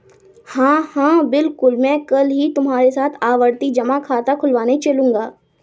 हां हां बिल्कुल मैं कल ही तुम्हारे साथ आवर्ती जमा खाता खुलवाने चलूंगा